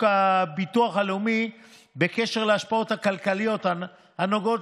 הביטוח הלאומי בקשר להשפעות הכלכליות הנוגעות